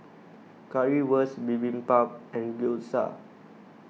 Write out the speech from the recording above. Currywurst Bibimbap and Gyoza